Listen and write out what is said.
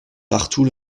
partout